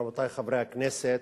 רבותי חברי הכנסת,